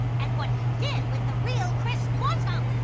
and what he did with the real chris quantum?